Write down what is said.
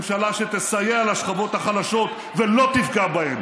ממשלה שתסייע לשכבות החלשות ולא תפגע בהן,